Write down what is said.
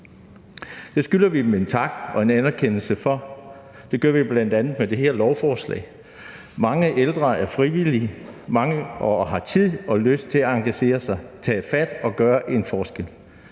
Det skylder vi dem en tak og anerkendelse for, og det giver vi dem bl.a. med det her lovforslag. Mange ældre er frivillige og har tid og lyst til at engagere sig, tage fat og gøre en forskel.